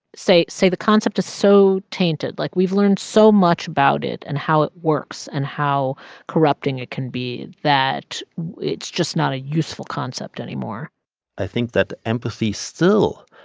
say, the concept is so tainted like, we've learned so much about it and how it works and how corrupting it can be that it's just not a useful concept anymore i think that empathy still,